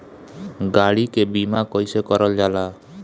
गाड़ी के बीमा कईसे करल जाला?